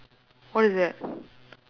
what is that